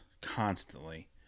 constantly